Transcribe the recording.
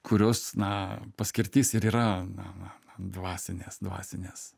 kurios na paskirtis ir yra dvasinės dvasinės